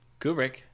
Kubrick